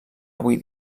avui